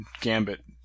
gambit